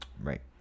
Right